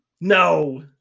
No